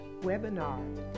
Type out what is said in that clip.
webinar